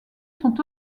sont